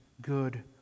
good